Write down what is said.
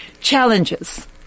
challenges